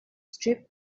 stripped